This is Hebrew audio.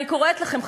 אני קוראת לכם,